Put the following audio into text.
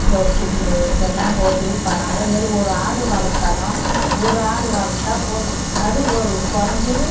புல்லு இதெல்லாம் போட்டு ப அதே மாரி ஒரு ஆடு வளர்த்தாலும் ஒரு ஆடு வளர்த்தா போதும் அது ஒரு குறஞ்சது